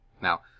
Now